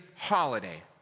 holiday